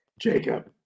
Jacob